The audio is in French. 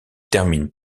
termine